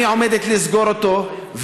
אני עומדת לסגור אותו,